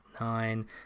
nine